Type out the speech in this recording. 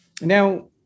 Now